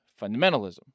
fundamentalism